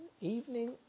Evening